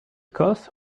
cause